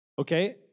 okay